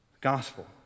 Gospel